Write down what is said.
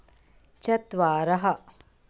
चत्वारः